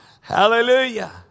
Hallelujah